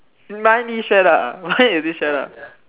mine mine is